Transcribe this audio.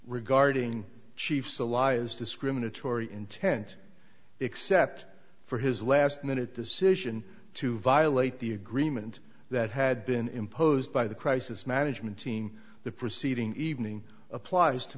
regarding chiefs a lie is discriminatory intent except for his last minute decision to violate the agreement that had been imposed by the crisis management team the preceding evening applies to